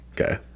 Okay